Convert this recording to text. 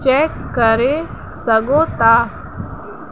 check करे सघो था